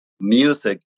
music